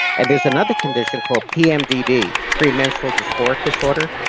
and there's another condition called pmdd, premenstrual dysphoric disorder,